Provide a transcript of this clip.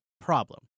problem